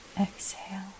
exhale